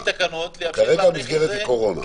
כרגע המסגרת היא קורונה.